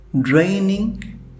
draining